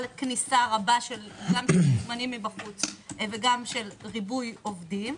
כניסה רבה גם של מוזמנים מבחוץ וגם של ריבוי עובדים,